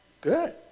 good